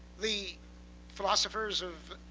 the philosophers of